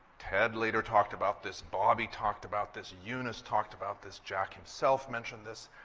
ted later talked about this. bobby talked about this. eunice talked about this. jack himself mentioned this,